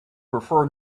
prefer